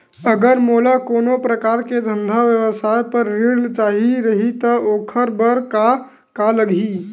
अगर मोला कोनो प्रकार के धंधा व्यवसाय पर ऋण चाही रहि त ओखर बर का का लगही?